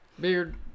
Beard